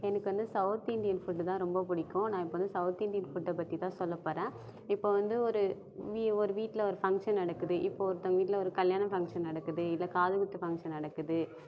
எனக்கு வந்து south Indian food தான் ரொம்ப பிடிக்கும் நான் இப்போ வந்து சவுத் இந்தியன் ஃபுட்டை பற்றி தான் சொல்லப் போகிறேன் இப்போ வந்து ஒரு வி ஒரு வீட்டில் ஒரு ஃபங்க்ஷன் நடக்குது இப்போ ஒருத்தங்க வீட்டில் கல்யாணம் ஃபங்க்ஷன் நடக்குது இல்லை காதுக்குத்து ஃபங்ஷன் நடக்குது